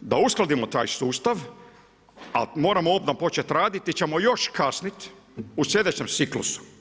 da uskladimo taj sustav a moramo odmah počet radit ili ćemo još kasnit u slijedećem ciklusu.